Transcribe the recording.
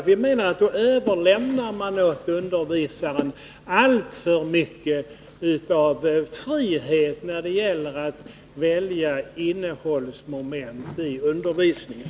Vi menar att man på detta sätt överlåter alltför mycket åt undervisaren när det gäller att välja innehållsmoment i undervisningen.